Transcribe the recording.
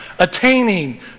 attaining